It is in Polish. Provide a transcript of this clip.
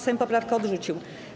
Sejm poprawkę odrzucił.